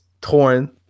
torn